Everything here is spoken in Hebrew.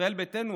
ישראל ביתנו,